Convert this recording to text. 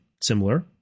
similar